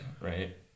right